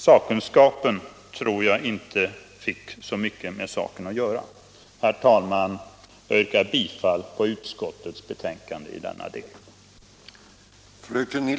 Sakkunskapen tror jag inte fick så mycket med saken att göra. Herr talman! Jag yrkar bifall till utskottets hemställan i denna del.